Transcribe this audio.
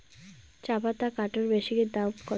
চাপাতা কাটর মেশিনের দাম কত?